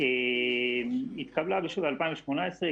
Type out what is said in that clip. התקבלה ב-2018,